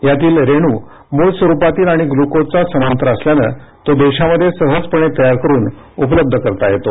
यातील रेणू मूळ स्वरुपातील आणि ग्लुकोजचा समांतर असल्याने तो देशामध्ये सहजपणे तयार करुन उपलब्ध करता येतो